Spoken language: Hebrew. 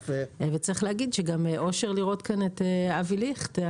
צריך להגיד שגם אושר לראות כאן את אבי ליכט,